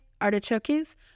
artichokes